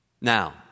Now